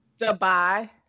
Dubai